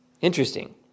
Interesting